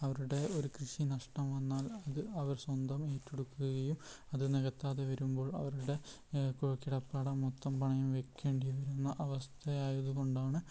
അവരുടെ ഒരു കൃഷി നഷ്ടം വന്നാൽ അത് അവർ സ്വന്തം ഏറ്റെടുക്കുകയോ അത് നികത്താതെ വരുമ്പോൾ അവരുടെ കിടപ്പാടം മൊത്തം പണയും വയ്ക്കേണ്ടി വരുന്ന അവസ്ഥ ആയതുകൊണ്ടാണ്